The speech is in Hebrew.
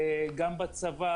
גם בצבא